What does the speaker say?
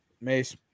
Mace